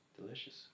delicious